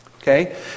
Okay